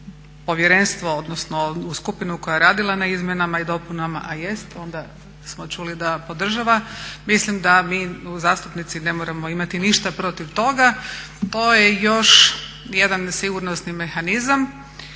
povjerenstvo odnosno u skupinu koja je radila na izmjenama i dopunama, a jest, onda smo čuli da podržava, mislim da mi zastupnici ne moramo imati ništa protiv toga. To je još jedan sigurnosni mehanizam